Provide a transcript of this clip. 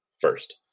first